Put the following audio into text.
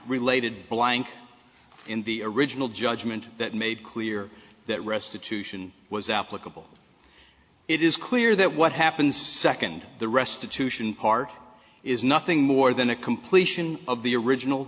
related belying in the original judgment that made clear that restitution was applicable it is clear that what happens second the restitution part is nothing more than a completion of the original